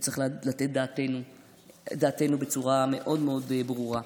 וצריך לתת את דעתנו בצורה מאוד מאוד ברורה.